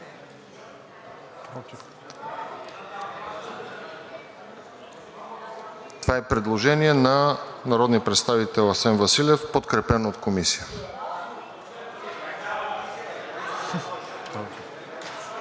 Това е предложение на народния представител Асен Василев, подкрепено от Комисията.